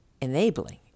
Enabling